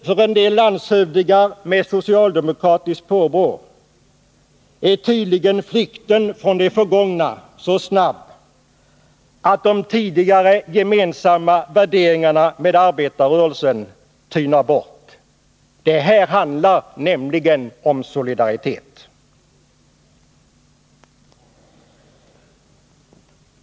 För en del landshövdingar 59 med socialdemokratiskt påbrå är tydligen flykten från det förgångna så snabb att de tidigare gemensamma värderingarna med arbetarrörelsen tynar bort. Här handlar det nämligen om solidaritet.